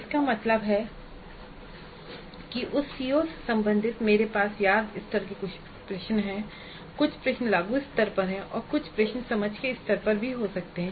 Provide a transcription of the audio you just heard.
इसका मतलब है कि उस सीओ से संबंधित मेरे पास याद स्तर पर कुछ प्रश्न हो सकते हैं कुछ प्रश्न लागू स्तर पर और कुछ प्रश्न समझ के स्तर पर भी हो सकते हैं